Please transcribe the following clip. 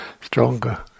stronger